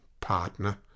Partner